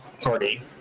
party